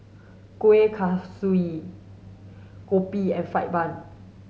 Kueh Kaswi Kopi and fried bun